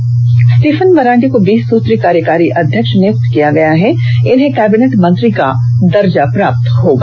वहीं स्टीफन मरांडी को बीस सूत्री कार्यकारी अध्यक्ष नियुक्त किया गया है इन्हें कैबिनेट मंत्री का दर्जा प्राप्त होगा